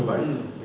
survive mm